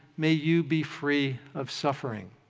may you be free of suffering.